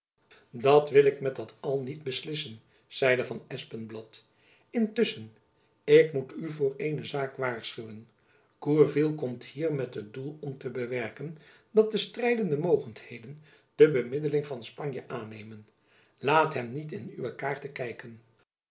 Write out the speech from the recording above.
dat wil ik met dat al niet beslissen zeide van espenblad intusschen ik moet u voor eene zaak waarschuwen gourville komt hier met het doel om te bewerken dat de strijdende mogendheden de bemiddeling van spanje aannemen laat hem niet in uwe kaart kijken